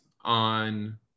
on